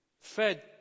fed